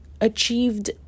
achieved